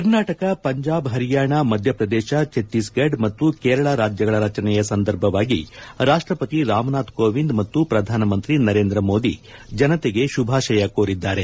ಕರ್ನಾಟಕ ಪಂಜಾಬ್ ಪರಿಯಾಣ ಮಧ್ಯಪ್ರದೇಶ ಛತ್ತೀಸ್ಗಡ್ ಮತ್ತು ಕೇರಳ ರಾಜ್ಯಗಳ ರಚನೆಯ ಸಂದರ್ಭವಾಗಿ ರಾಪ್ಟಸತಿ ರಾಮನಾಥ್ ಕೋವಿಂದ್ ಮತ್ತು ಪ್ರಧಾನ ಮಂತ್ರಿ ನರೇಂದ್ರ ಮೋದಿ ಜನತೆಗೆ ಶುಭಾಶಯ ಕೋರಿದ್ದಾರೆ